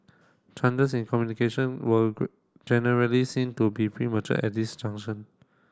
changes in communication were generally seen to be premature at this junction